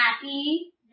happy